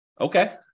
Okay